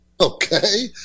Okay